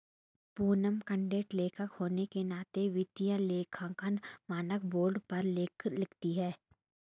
Poonam content लेखक होने के नाते वित्तीय लेखांकन मानक बोर्ड पर लेख लिखती है